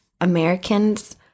Americans